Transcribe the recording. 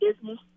business